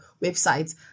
websites